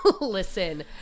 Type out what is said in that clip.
listen